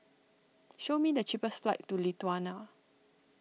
show me the cheapest flights to Lithuania